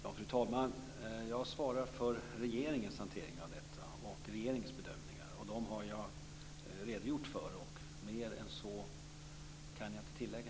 Fru talman! Jag svarar för regeringens hantering av detta och regeringens bedömningar. De har jag redogjort för. Mer än så kan jag inte tillägga.